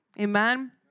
Amen